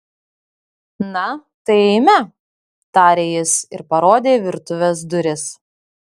na tai eime tarė jis ir parodė į virtuvės duris